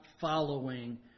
following